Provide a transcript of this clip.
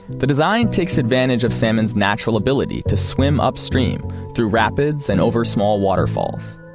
the design takes advantage of salmon's natural ability to swim upstream through rapids and over small waterfalls.